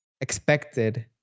expected